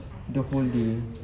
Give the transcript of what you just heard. the whole day